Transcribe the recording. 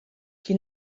qui